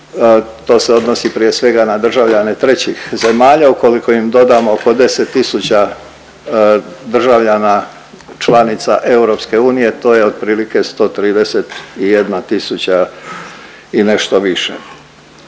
to se odnosi prije svega na državljane trećih zemalja, ukoliko im dodamo po 10 tisuća državljana članica EU to je otprilike 131 tisuća i nešto više.